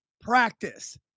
practice